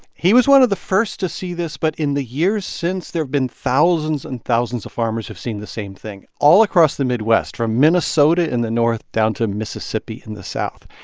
he was one of the first to see this, but in the years since, there have been thousands and thousands of farmers who have seen the same thing all across the midwest, from minnesota in the north down to mississippi in the south.